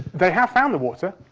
they have found the water.